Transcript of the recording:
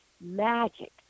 magic